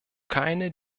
keine